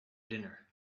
dinner